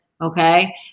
Okay